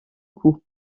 coup